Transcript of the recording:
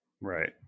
Right